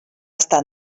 estar